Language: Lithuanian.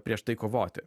prieš tai kovoti